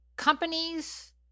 Companies